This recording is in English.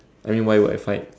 I mean why would I fight